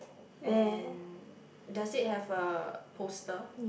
and does it have a poster